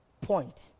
point